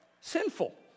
sinful